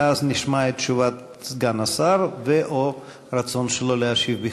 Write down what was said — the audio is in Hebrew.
ואז נשמע את תשובת סגן השר או על רצון שלו להשיב בכתב.